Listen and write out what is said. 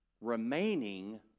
Remaining